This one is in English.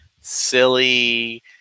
silly